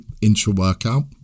intra-workout